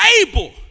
able